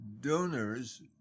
Donors